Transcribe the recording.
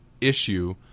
issue